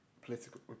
political